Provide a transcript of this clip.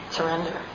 Surrender